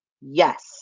Yes